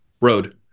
road